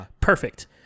perfect